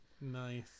Nice